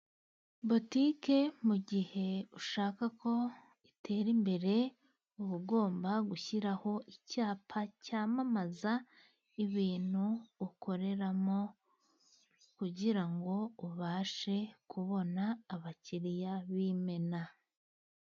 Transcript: Botike mu gihe ushakako itera imbere uba ugomba gushyiraho icyapa cyamamaza ibintu ukoreramo, kugira ngo ubashe kubona abakiriya b'imena.